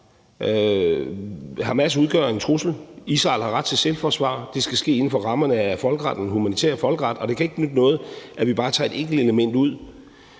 Hamas udgør en trussel. Israel har ret til selvforsvar. Det skal ske inden for rammerne af den humanitære folkeret, og det kan ikke nytte noget, at vi bare tager et enkelt element ud.